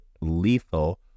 lethal